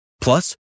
Plus